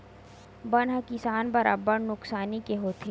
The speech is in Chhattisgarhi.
बन ह किसान बर अब्बड़ नुकसानी के होथे